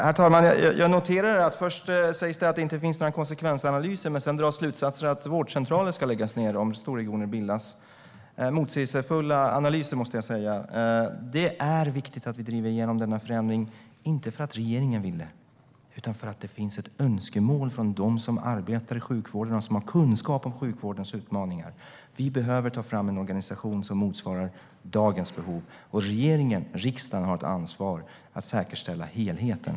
Herr talman! Jag noterar att det först sägs att det inte finns några konsekvensanalyser, men sedan dras det slutsatser om att vårdcentraler ska läggas ned om storregioner bildas. Det är motsägelsefulla analyser, måste jag säga. Det är viktigt att vi driver igenom denna förändring, inte för att regeringen vill det utan för att det finns ett önskemål från dem som arbetar i sjukvården och har kunskap om sjukvårdens utmaningar. Vi behöver ta fram en organisation som motsvarar dagens behov. Regeringen och riksdagen har ett ansvar att säkerställa helheten.